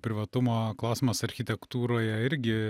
privatumo klausimas architektūroje irgi